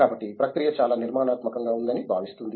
కాబట్టి ప్రక్రియ చాలా నిర్మాణాత్మకంగా ఉందని భావిస్తుంది